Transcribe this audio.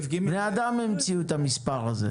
בני אדם המציאו את המספר הזה.